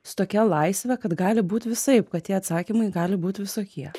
su tokia laisve kad gali būt visaip kad tie atsakymai gali būt visokie